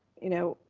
you know,